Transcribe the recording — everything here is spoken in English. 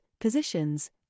positions